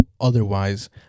otherwise